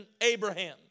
Abraham